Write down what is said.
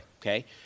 Okay